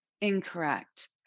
incorrect